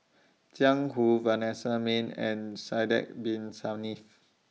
Jiang Hu Vanessa Mae and Sidek Bin Saniff